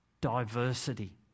diversity